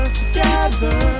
together